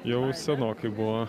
jau senokai buvo